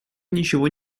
ничего